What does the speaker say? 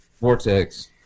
Vortex